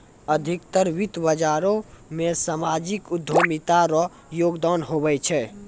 अधिकतर वित्त बाजारो मे सामाजिक उद्यमिता रो योगदान हुवै छै